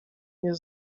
nie